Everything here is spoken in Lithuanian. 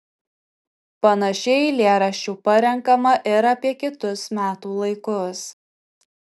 panašiai eilėraščių parenkama ir apie kitus metų laikus